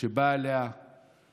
שבא אליה מלך